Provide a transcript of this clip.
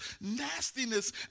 nastiness